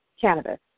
cannabis